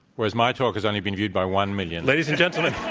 whereas my talk has only been viewed by one million. ladies and gentlemen